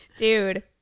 Dude